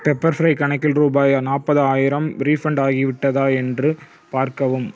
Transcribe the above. pepper fry கணக்கில் ரூபாய் நாற்பதாயிரம் ரீஃபண்ட் ஆகிவிட்டதா என்று பார்க்கவும்